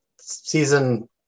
season